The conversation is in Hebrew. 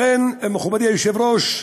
לכן, מכובדי היושב-ראש,